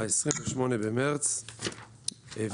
ב-28 למרס העבירה,